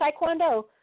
Taekwondo